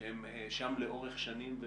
שהם שם לאורך שנים,